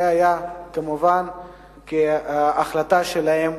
זה היה כמובן החלטה שלהם.